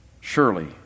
surely